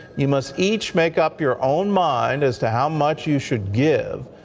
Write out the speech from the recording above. you must each make up your own mind as to how much you should give,